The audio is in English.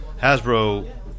Hasbro